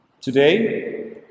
Today